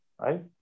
Right